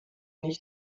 nicht